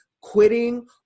quitting